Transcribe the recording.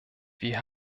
wie